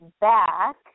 back